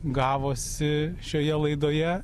gavosi šioje laidoje